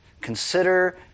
Consider